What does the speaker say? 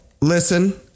listen